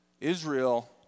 Israel